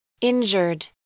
Injured